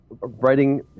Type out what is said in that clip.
writing